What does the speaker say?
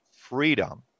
freedom